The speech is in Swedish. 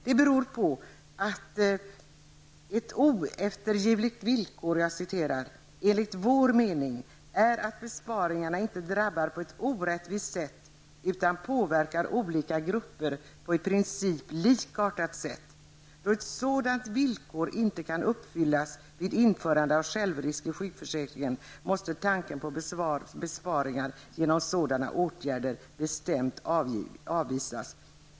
Det beror på, som det uttrycktes, att ett oeftergivligt villkor enligt vår mening är att besparingarna inte drabbar på ett orättvist sätt utan påverkar olika grupper på i princip likartat sätt. Då ett sådant villkor inte kan uppfyllas vid införande av självrisk i sjukförsäkringen, måste tanken på besparingar genom sådana åtgärder bestämt avvisas.